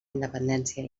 independència